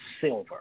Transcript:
silver